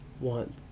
want